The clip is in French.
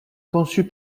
conçue